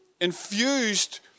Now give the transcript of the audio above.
infused